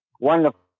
wonderful